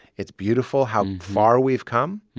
it's beautiful how far we've come.